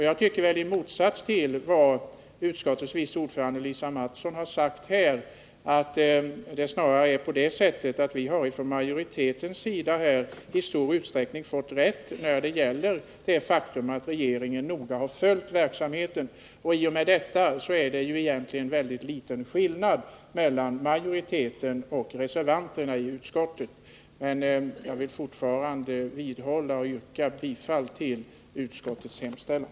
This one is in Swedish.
Jag tycker, i motsats till vad utskottets vice ordförande Lisa Mattson sagt, att vi från utskottsmajoritetens sida i stor utsträckning har fått rätt när det gäller det faktum att regeringen noga har följt verksamheten. I och med detta är det egentligen väldigt liten skillnad mellan majoriteten och reservanterna i utskottet. Men jag vill fortfarande vidhålla mitt yrkande om bifall till utskottets hemställan.